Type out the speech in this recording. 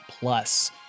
Plus